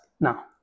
now